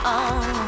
on